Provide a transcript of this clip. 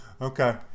okay